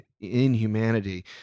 inhumanity